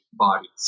bodies